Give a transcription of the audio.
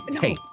Hey